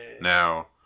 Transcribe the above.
Now